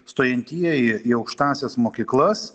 stojantieji į aukštąsias mokyklas